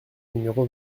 numéro